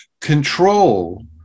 control